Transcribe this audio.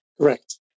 Correct